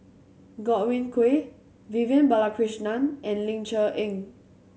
Godwin Koay Vivian Balakrishnan and Ling Cher Eng